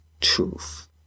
Truth